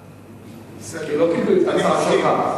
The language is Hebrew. כי לא קיבלו את ההצעה שלך.